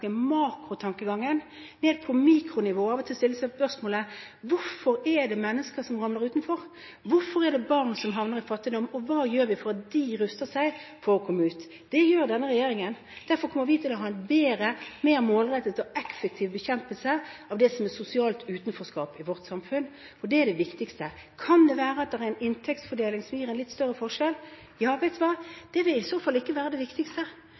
stoltenbergske makrotankegangen ned på mikronivå og av og til stille oss spørsmålet: Hvorfor er det mennesker som ramler utenfor? Hvorfor er det barn som havner i fattigdom? Og hva gjør vi for å ruste dem til å komme ut av fattigdommen? Det er denne regjeringen opptatt av. Derfor kommer vi til å ha en bedre, mer målrettet og effektiv bekjempelse av det som er sosialt utenforskap i vårt samfunn, og det er det viktigste. Så kan det være at det er en inntektsfordeling som gir en litt større forskjell. Det vil i så fall ikke være det viktigste.